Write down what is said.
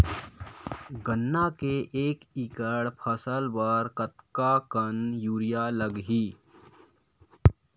गन्ना के एक एकड़ फसल बर कतका कन यूरिया लगही?